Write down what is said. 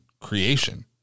creation